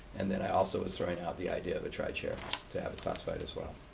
and then i also was throwing out the idea of a tri-chair to have it classified as well.